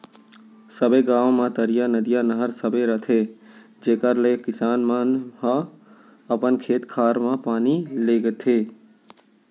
सबे गॉंव म तरिया, नदिया, नहर सबे रथे जेकर ले किसान मन ह अपन खेत खार म पानी लेगथें